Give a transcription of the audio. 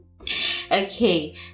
okay